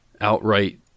outright